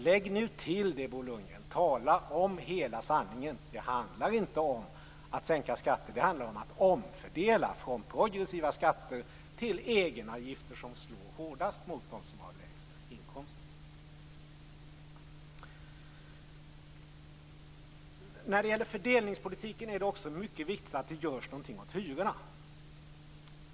Lägg nu till detta, Bo Lundgren, och tala om hela sanningen. Det handlar inte om att sänka skatter utan om att omfördela från progressiva skatter till egenavgifter som slår hårdast mot dem som har lägsta inkomster. När det gäller fördelningspolitiken är det också mycket viktigt att det görs någonting åt hyrorna.